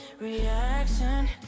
reaction